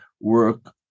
work